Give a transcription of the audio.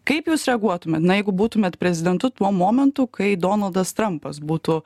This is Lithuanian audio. kaip jūs reaguotumėt na jeigu būtumėt prezidentu tuo momentu kai donaldas trampas būtų